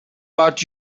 but